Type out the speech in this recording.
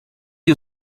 you